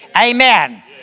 Amen